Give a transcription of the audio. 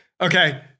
Okay